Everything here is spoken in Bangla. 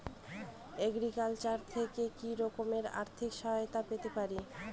এগ্রিকালচার থেকে কি রকম আর্থিক সহায়তা পেতে পারি?